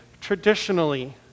traditionally